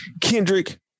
Kendrick